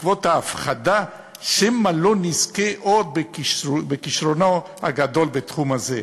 בעקבות ההפחדה שמא לא נזכה עוד בכישרונו הגדול בתחום הזה.